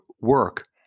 work